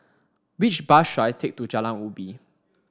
which bus should I take to Jalan Ubi